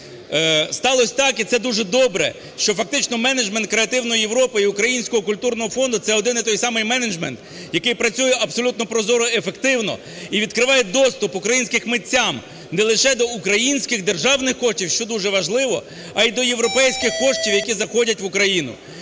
Сталось так, і це дуже добре, що фактично менеджмент "Креативної Європи" і Українського культурного центру – це один і той самий менеджмент, який працює абсолютно прозоро і ефективно і відкриває доступ українським митцям не лише до українських державних коштів, що дуже важливо, а і до європейських коштів, які заходять в Україну.